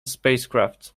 spacecraft